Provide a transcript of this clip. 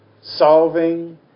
solving